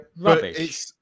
rubbish